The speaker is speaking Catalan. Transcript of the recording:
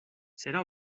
serà